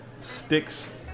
sticks